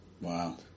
Wow